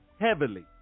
heavily